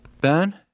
Ben